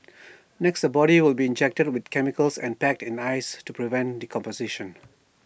next the body will be injected with chemicals and packed in ice to prevent decomposition